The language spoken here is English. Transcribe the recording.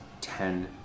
ten